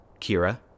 Kira